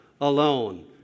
alone